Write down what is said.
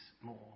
more